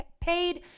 paid